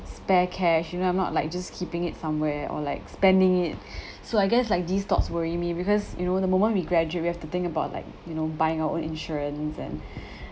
spare cash you know I'm not like just keeping it somewhere or like spending it so I guess like these thoughts were in me because you know the moment we graduate we have to think about like you know buying our own insurance and